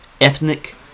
ethnic